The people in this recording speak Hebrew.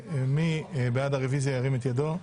מי בעד הרביזיה, ירים את ידו?